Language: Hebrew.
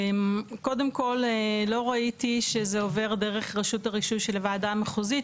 קודם כל לא ראיתי שזה עובר דרך רשות הרישוי של הוועדה המחוזית,